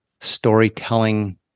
storytelling